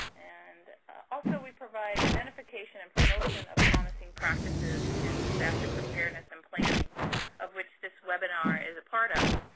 and also we provide identification and promotion of promising practices in disaster preparedness and planning of which this webinar is a part of.